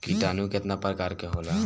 किटानु केतना प्रकार के होला?